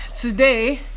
today